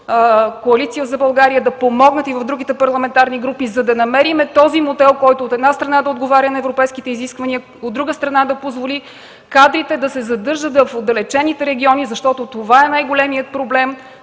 Коалиция за България да помогнат, и в другите парламентарни групи, за да намерим този модел, който, от една страна, да отговаря на европейските изисквания, от друга страна, да позволи кадрите да се задържат в отдалечените региони, защото това е най-големият проблем.